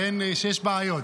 שיש בעיות.